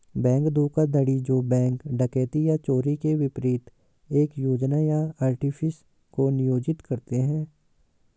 bank धोखाधड़ी जो bank डकैती या चोरी के विपरीत एक योजना या आर्टिफिस को नियोजित करते हैं